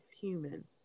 human